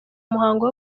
muhango